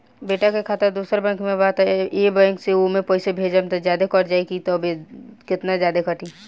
बेटा के खाता दोसर बैंक में बा त ए बैंक से ओमे पैसा भेजम त जादे कट जायी का त केतना जादे कटी?